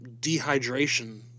dehydration